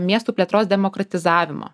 miestų plėtros demokratizavimo